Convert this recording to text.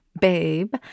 babe